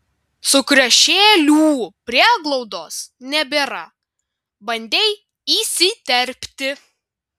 sukriošėlių prieglaudos nebėra bandei įsiterpti